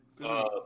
good